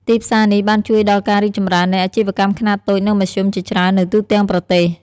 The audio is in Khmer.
ទីផ្សារនេះបានជួយដល់ការរីកចម្រើននៃអាជីវកម្មខ្នាតតូចនិងមធ្យមជាច្រើននៅទូទាំងប្រទេស។